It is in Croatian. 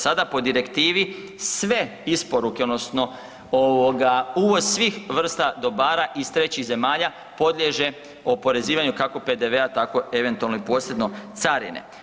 Sada po direktivi sve isporuke, odnosno ovoga, uvoz svih vrsta dobara iz trećih zemalja podliježe oporezivanju, kako PDV-a, tako eventualno i posljedno carine.